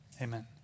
Amen